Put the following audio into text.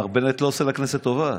מר בנט לא עושה לכנסת טובה,